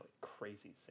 crazy